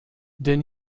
denn